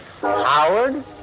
Howard